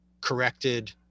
corrected